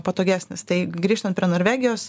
patogesnis tai grįžtant prie norvegijos